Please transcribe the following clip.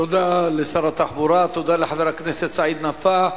תודה לשר התחבורה, תודה לחבר הכנסת סעיד נפאע.